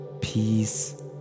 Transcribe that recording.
peace